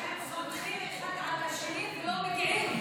הבעיה היא שהם סומכים אחד על השני ולא מגיעים.